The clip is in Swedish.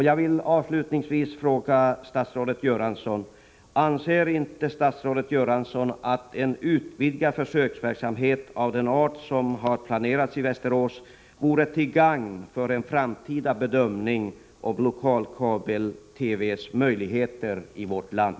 Jag vill avslutningsvis fråga statsrådet Göransson: Anser inte statsrådet Göransson att en utvidgad försöksverksamhet av den art som har planerats i Västerås vore till gagn för en framtida bedömning av lokalkabel-TV:ns möjligheter i vårt land?